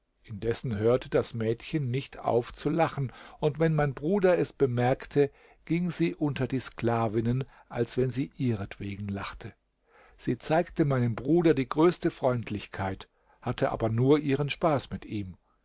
indessen hörte das mädchen nicht auf zu lachen und wenn mein bruder es bemerkte ging sie unter die sklavinnen als wenn sie ihretwegen lachte sie zeigte meinem bruder die größte freundlichkeit hatte aber nur ihren spaß mit ihm